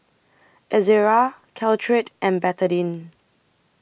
Ezerra Caltrate and Betadine